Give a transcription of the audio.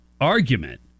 argument